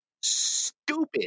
stupid